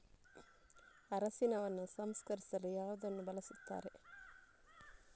ಅರಿಶಿನವನ್ನು ಸಂಸ್ಕರಿಸಲು ಯಾವುದನ್ನು ಬಳಸುತ್ತಾರೆ?